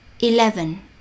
Eleven